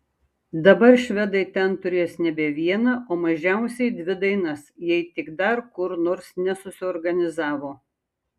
dabar švedai ten turės nebe vieną o mažiausiai dvi dainas jei tik dar kur nors nesusiorganizavo